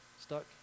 stuck